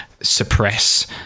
suppress